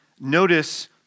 notice